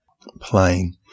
plain